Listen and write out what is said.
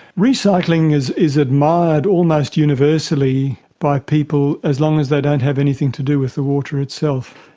recycling is is admired almost universally by people, as long as they don't have anything to do with the water itself.